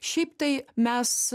šiaip tai mes